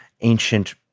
ancient